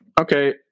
Okay